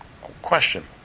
question